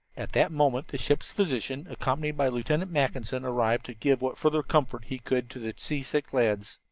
at that moment the ship's physician, accompanied by lieutenant mackinson, arrived to give what further comfort he could to the seasick lads.